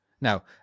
Now